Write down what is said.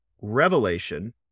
revelation